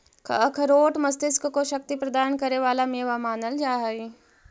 अखरोट मस्तिष्क को शक्ति प्रदान करे वाला मेवा मानल जा हई